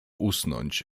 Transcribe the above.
usnąć